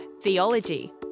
Theology